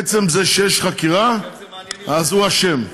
עצם זה שיש חקירה, אז הוא אשם.